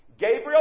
Gabriel